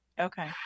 okay